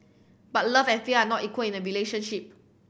but love and fear are not equal in the relationship